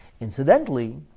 Incidentally